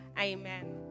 Amen